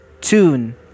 tune